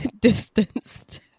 distanced